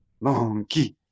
Monkey